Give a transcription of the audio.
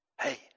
Hey